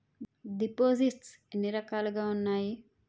దిపోసిస్ట్స్ ఎన్ని రకాలుగా ఉన్నాయి?